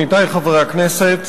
עמיתי השרים,